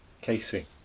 Casey